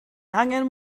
angen